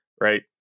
right